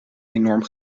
enorm